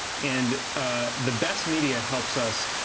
and the best media helps us,